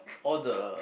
all the